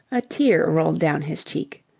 a tear rolled down his cheek.